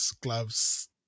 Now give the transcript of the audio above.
gloves